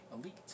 Elite